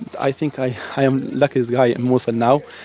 i think i i am luckiest guy in mosul now